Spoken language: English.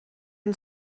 can